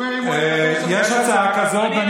יש הצעה כזאת.